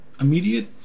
immediate